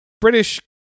British